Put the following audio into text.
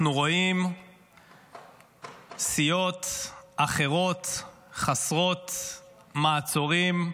אנחנו רואים סיעות אחרות חסרות מעצורים,